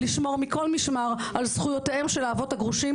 לשמור מכל משמר על זכויותיהם של האבות הגרושים,